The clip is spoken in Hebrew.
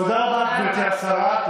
תודה רבה לך, גברתי השרה.